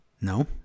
No